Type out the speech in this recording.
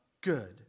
good